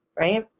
right?